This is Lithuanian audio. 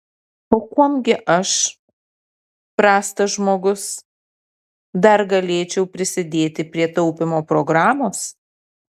o kuom gi aš prastas žmogus dar galėčiau prisidėti prie taupymo programos